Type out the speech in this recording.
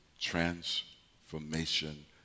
transformation